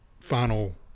final